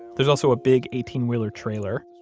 there's also a big eighteen wheeler trailer.